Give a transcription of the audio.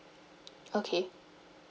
okay